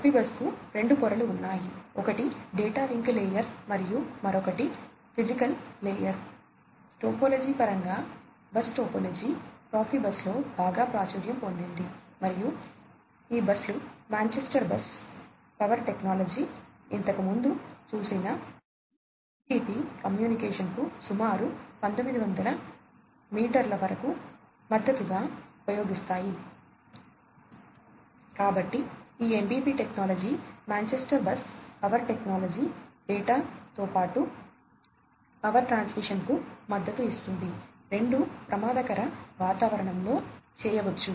ప్రొఫిబస్కు రెండు పొరలు ఉన్నాయి ఒకటి డేటా లింక్ లేయర్ మద్దతు ఇస్తుంది రెండూ ప్రమాదకర వాతావరణంలో చేయవచ్చు